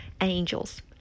Angels